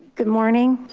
good morning.